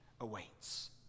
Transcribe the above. awaits